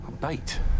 Bait